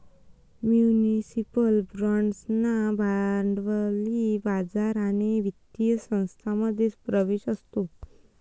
municipal बाँड्सना भांडवली बाजार आणि वित्तीय संस्थांमध्ये प्रवेश असतो